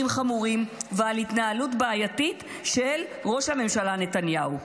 חמורים ועל התנהלות בעייתית של ראש הממשלה נתניהו.